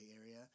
area